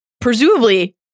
presumably